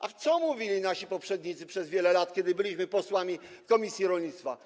A co mówili nasi poprzednicy przez wiele lat, kiedy byliśmy posłami w komisji rolnictwa?